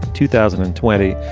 two thousand and twenty.